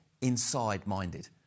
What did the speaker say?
inside-minded